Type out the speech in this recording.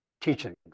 teachings